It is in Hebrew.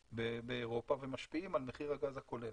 באירופה ומשפיעים על מחיר הגז הכולל.